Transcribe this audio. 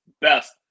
best